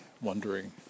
wondering